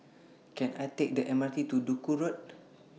Can I Take The M R T to Duku Road